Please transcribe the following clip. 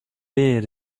beard